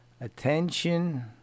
Attention